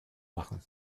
machen